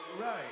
Right